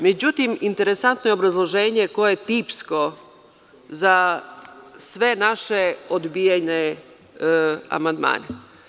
Međutim, interesantno je obrazloženje koje je tipsko za sve naše odbijene amandmane.